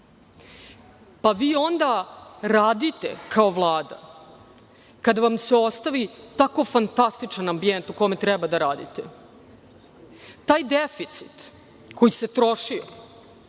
pa vi onda radite kao Vlada kada vam se ostavi tako fantastičan ambijent u kome treba da radite. Taj deficit koji se trošio,